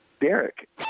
Derek